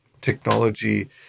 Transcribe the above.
technology